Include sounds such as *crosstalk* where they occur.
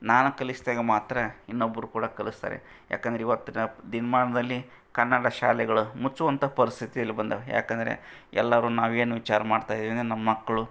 ನಾನು ಕಲ್ಸಿದಾಗ ಮಾತ್ರ ಇನ್ನೊಬ್ಬರು ಕೂಡ ಕಲಿಸ್ತಾರೆ ಯಾಕಂದರೆ ಇವತ್ತಿನ *unintelligible* ಕನ್ನಡ ಶಾಲೆಗಳು ಮುಚ್ಚುವಂಥ ಪರಿಸ್ಥಿತಿಯಲ್ಲಿ ಬಂದವೆ ಯಾಕಂದರೆ ಎಲ್ಲರು ನಾವೇನು ವಿಚಾರ ಮಾಡ್ತಾ ಇದೀವಂದರೆ ನಮ್ಮಕ್ಕಳು